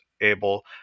able